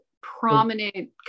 prominent